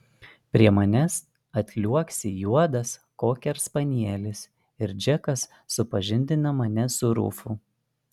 prie manęs atliuoksi juodas kokerspanielis ir džekas supažindina mane su rufu